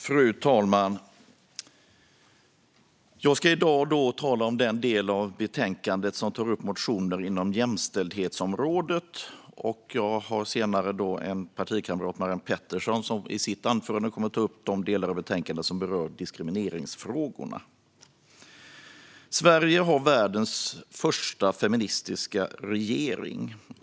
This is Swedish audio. Fru talman! Jag ska i dag tala om den del av betänkandet som tar upp motioner inom jämställdhetsområdet. Min partikamrat Marianne Pettersson kommer senare i sitt anförande att ta upp de delar av betänkandet som berör diskrimineringsfrågorna. Sverige har världens första feministiska regering.